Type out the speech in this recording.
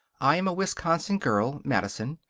i am a wisconsin girl madison.